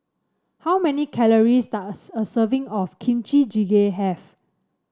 how many calories a serving of Kimchi Jjigae have